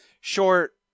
short